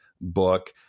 book